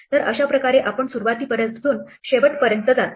तर अशा प्रकारे आपण सुरुवातीपासून शेवटपर्यंत जातो